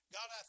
God